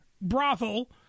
brothel